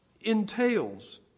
entails